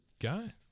guy